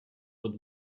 with